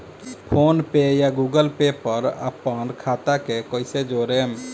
PhonePe या Google Pay पर अपना खाता के कईसे जोड़म?